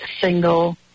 single